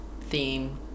theme